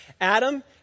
Adam